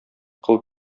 кыл